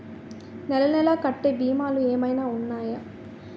నెల నెల కట్టే భీమాలు ఏమైనా ఉన్నాయా?